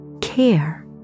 care